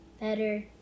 better